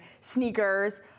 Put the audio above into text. sneakers